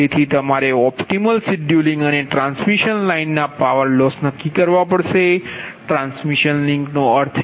તેથી તમારે optimal scheduling અને ટ્રાન્સમિશન લાઇન ના પાવર લોસ નક્કી કરવા પડશે ટ્રાન્સમિશન લિંકનો અર્થ છે કે આ લાઇન લોસ